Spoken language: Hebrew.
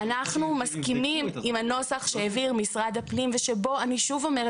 אנחנו מסכימים עם הנוסח שהעביר משרד הפנים ושבו אני אומרת שוב,